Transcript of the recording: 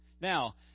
Now